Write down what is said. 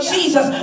Jesus